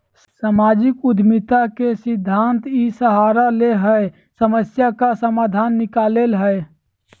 सामाजिक उद्यमिता के सिद्धान्त इ सहारा ले हइ समस्या का समाधान निकलैय हइ